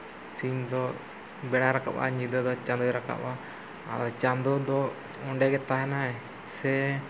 ᱥᱤᱧ ᱫᱚ ᱵᱮᱲᱟᱭ ᱨᱟᱠᱟᱵᱟ ᱧᱤᱫᱟᱹ ᱫᱚ ᱪᱟᱸᱫᱚᱭ ᱨᱟᱠᱟᱵᱟ ᱟᱫᱚ ᱪᱟᱸᱫᱚ ᱚᱸᱰᱮ ᱜᱮ ᱛᱟᱦᱮᱱᱟᱭ ᱥᱮ